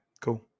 cool